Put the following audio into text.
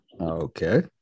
Okay